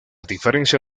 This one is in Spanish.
diferencia